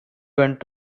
went